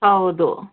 ಹೌದು